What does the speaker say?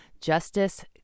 Justice